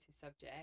subject